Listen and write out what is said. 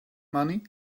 money